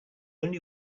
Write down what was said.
only